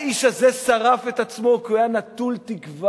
האיש הזה שרף את עצמו כי הוא היה נטול תקווה.